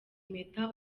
impeta